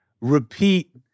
repeat